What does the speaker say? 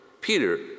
Peter